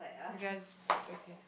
I guess good okay